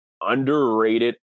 underrated